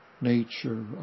nature